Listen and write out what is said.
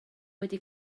wedi